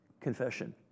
Confession